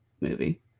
movie